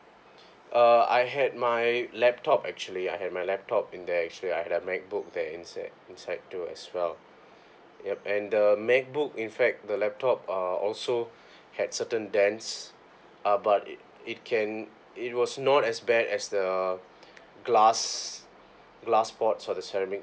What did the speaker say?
uh I had my laptop actually I had my laptop in there actually I had a MacBook there inside inside those as well yup and the macbook in fact the laptop uh also had certain dents uh but it it can it was not as bad as the glass glass pots or the ceramics